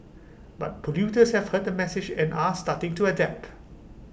but polluters have heard the message and are starting to adapt